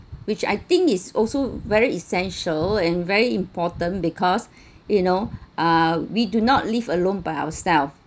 which I think is also very essential and very important because you know uh we do not live alone by ourselves